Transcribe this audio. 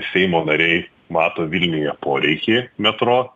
seimo nariai mato vilniuje poreikį metro